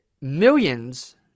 millions